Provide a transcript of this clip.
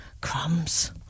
Crumbs